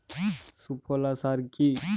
সুফলা সার কি?